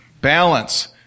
Balance